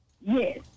Yes